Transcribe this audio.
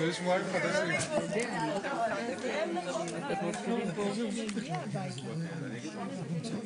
ואני מבקש תשובה מהממשלה עד מחר בעניין הזה.